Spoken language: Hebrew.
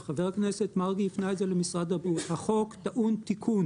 וחבר הכנסת מרגי הפנה את זה למשרד הבריאות שהחוק טעון תיקון.